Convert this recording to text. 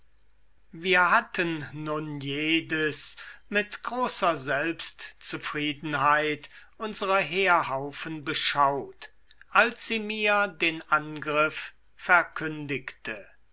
wir hatten nun jedes mit großer selbstzufriedenheit unsere heerhaufen beschaut als sie mir den angriff verkündigte